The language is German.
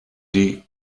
die